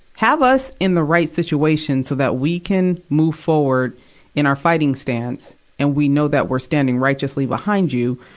have us in the right situation so that we can move forward in our fighting stance and we know that we're standing righteously behind you,